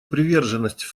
приверженность